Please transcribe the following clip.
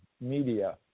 Media